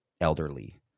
elderly